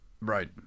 Right